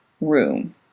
room